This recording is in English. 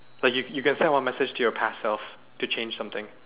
but you you can send one message to your past self to change something